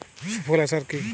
সুফলা সার কি?